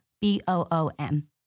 B-O-O-M